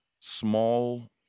small